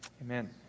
amen